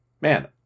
Man